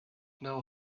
know